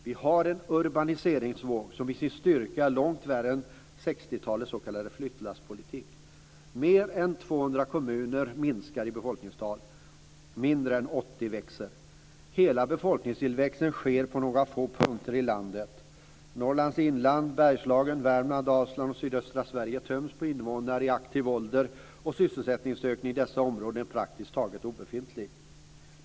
Vi har en urbaniseringsvåg som i sin styrka är långt värre än 1960-talets s.k. flyttlasspolitik. Mer än 200 kommuner minskar i befolkningstal, mindre än 80 kommuner växer. Hela befolkningstillväxten sker på några få orter i landet. Norrlands inland, Bergslagen, Värmland, Dalsland och sydöstra Sverige töms på invånare i aktiv ålder, och sysselsättningsökningen i dessa områden är praktiskt taget obefintlig.